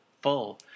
full